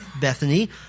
Bethany